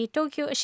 Tokyo